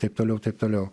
taip toliau taip toliau